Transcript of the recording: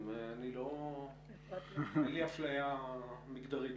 אני אגיד שאני כאן כנציגת המזכירה של החברה הישראלי לרפואת ילדים